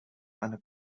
eine